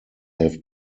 have